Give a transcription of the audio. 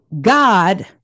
god